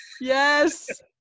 yes